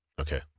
okay